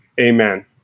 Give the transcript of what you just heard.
Amen